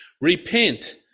repent